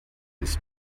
ist